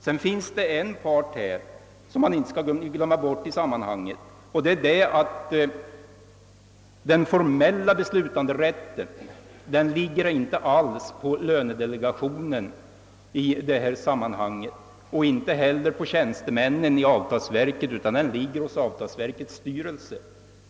Det finns vidare en part i detta sammanhang, vilken man inte skall glömma bort. Den formella beslutanderätten ligger i detta sammanhang inte alls inom lönedelegationen och inte heller hos tjänstemännen i avtalsverket utan hos avtalsverkets styrelse.